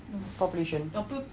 population